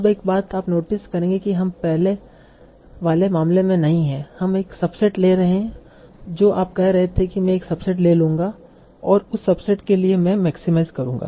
अब एक बात आप नोटिस करेंगे कि हम पहले वाले मामले में नहीं हैं हम एक सबसेट ले रहे हैं जो आप कह रहे थे कि मैं एक सबसेट ले लूंगा और उस सबसेट के लिए मैं मैक्सीमाईज करूँगा